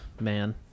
man